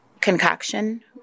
concoction